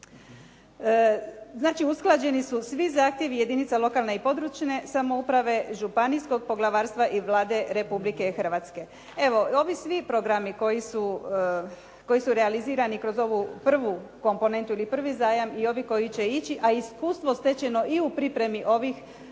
Znači, usklađeni su svi zahtjevi jedinica lokalne i područne samouprave, županijskog poglavarstva i Vlade Republike Hrvatske. Evo ovi svi programi koji su realizirani kroz ovu prvu komponentu ili prvi zajam i ovi koji će ići, a iskustvo stečeno i u pripremi ovih